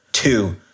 Two